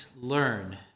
learn